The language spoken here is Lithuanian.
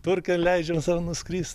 turkijon leidžiam sau nuskrist